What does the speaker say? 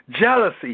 jealousy